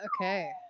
Okay